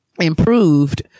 improved